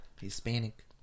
Hispanic